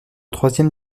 troisième